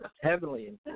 Heavily